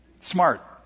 Smart